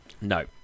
No